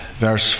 verse